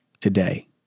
today